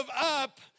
up